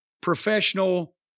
professional